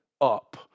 up